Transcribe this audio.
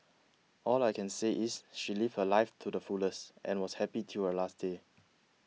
all I can say is she lived her life too the fullest and was happy till her last day